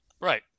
Right